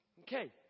Okay